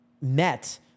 met